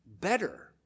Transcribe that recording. better